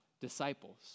disciples